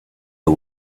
the